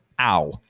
Ow